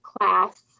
class